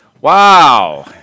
Wow